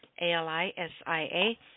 A-L-I-S-I-A